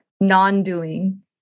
non-doing